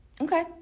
okay